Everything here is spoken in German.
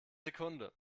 sekunde